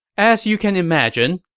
as you can imagine,